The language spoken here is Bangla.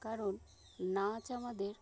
কারণ নাচ আমাদের